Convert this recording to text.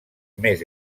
més